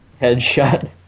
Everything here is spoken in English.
Headshot